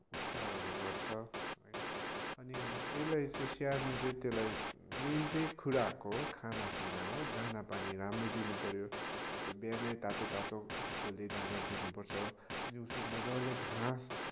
उपचारहरू गर्छ अनि यसलाई चाहिँ स्याहार्नु चाहिँ त्यसलाई मेन चाहिँ खुराक हो खानापिना हो दानापानी राम्रो दिनपऱ्यो जस्तो बिहानै तातो तातो खोले दाना दिनपर्छ दिउँसो मजाले घाँस